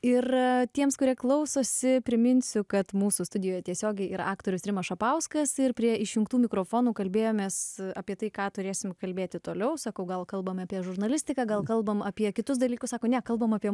ir tiems kurie klausosi priminsiu kad mūsų studijoje tiesiogiai ir aktorius rimas šapauskas ir prie išjungtų mikrofonų kalbėjomės apie tai ką turėsime kalbėti toliau sakau gal kalbame apie žurnalistiką gal kalbame apie kitus dalykus nekalbame apie